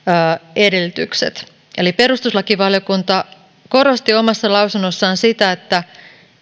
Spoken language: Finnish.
edellytykset eli perustuslakivaliokunta korosti omassa lausunnossaan sitä että